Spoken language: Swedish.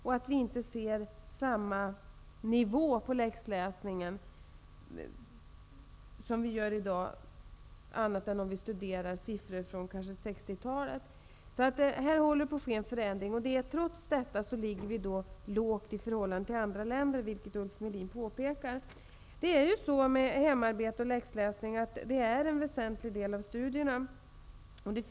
Vi kan inte se den nivå på läxläsningen som vi har i dag annat än om vi studerar siffror från t.ex. 60-talet. Här sker en förändring. Trots detta ligger vi i Sverige lågt i förhållande till andra länder, vilket Ulf Melin påpekar. Hemarbete och läsläsning är en väsentlig del av studierna.